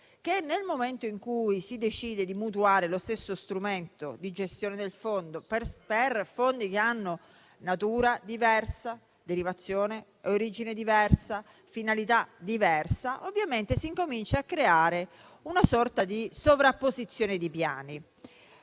Nel momento in cui si decide di mutuare lo stesso strumento di gestione del Fondo per fondi che hanno natura diversa, derivazione ed origine diversa, finalità diversa, ovviamente si comincia a creare una sorta di sovrapposizione di piani.